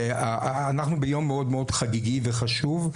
אנחנו ביום מאוד מאוד חגיגי וחשוב,